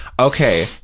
okay